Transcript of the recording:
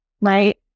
right